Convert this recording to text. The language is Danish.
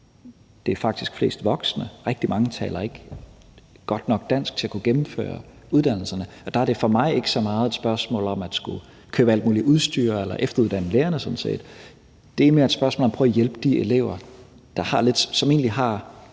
Det er faktisk mest de voksne; rigtig mange taler ikke godt nok dansk til at kunne gennemføre uddannelsen. Og der er det for mig sådan set ikke så meget et spørgsmål om at skulle købe alt muligt udstyr eller efteruddanne lærerne. Det er faktisk mere et spørgsmål om at prøve at hjælpe de elever, som egentlig har